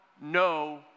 no